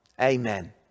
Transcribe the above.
amen